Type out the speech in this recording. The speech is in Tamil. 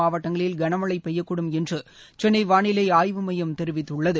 மாவட்டங்களில் கனமழை பெய்யக்கூடும் என்று சென்னை வாளிலை ஆய்வு மையம் தெரிவித்துள்ளது